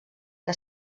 que